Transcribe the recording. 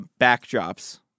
backdrops